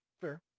fair